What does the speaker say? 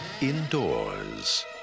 indoors